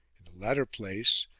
in the latter place,